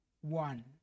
one